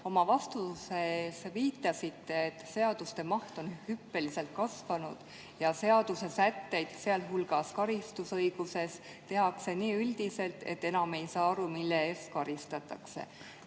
Oma vastuses viitasite, et seaduste maht on hüppeliselt kasvanud ja seaduse sätteid, sealhulgas karistusõiguses, tehakse nii üldiselt, et enam ei saa aru, mille eest karistatakse.